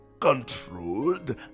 controlled